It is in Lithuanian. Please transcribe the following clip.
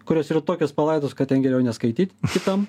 kurios yra tokios palaidos kad ten geriau neskaityt kitam